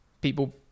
people